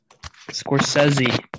Scorsese